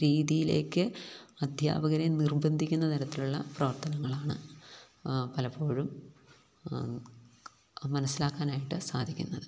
രീതിയിലേക്ക് അധ്യാപകരെ നിർബന്ധിക്കുന്ന തരത്തിലുള്ള പ്രവർത്തനങ്ങളാണ് പലപ്പോഴും മനസ്സിലാക്കാനായിട്ട് സാധിക്കുന്നത്